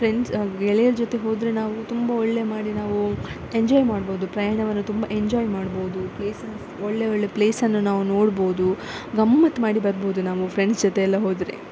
friends ಗೆಳೆಯರ ಜೊತೆ ಹೋದರೆ ನಾವು ತುಂಬ ಒಳ್ಳೆಯ ಮಾಡಿ ನಾವು ಎಂಜಾಯ್ ಮಾಡ್ಬೋದು ಪ್ರಯಾಣವನ್ನು ತುಂಬ ಎಂಜಾಯ್ ಮಾಡ್ಬೋದು ಪ್ಲೇಸಿನ ಒಳ್ಳೆಯ ಒಳ್ಳೆಯ ಪ್ಲೇಸನ್ನು ನಾವು ನೋಡ್ಬೋದು ಗಮ್ಮತ್ತು ಮಾಡಿ ಬರ್ಬೋದು ನಮ್ಮ ಫ್ರೆಂಡ್ಸ್ ಜೊತೆ ಎಲ್ಲ ಹೋದರೆ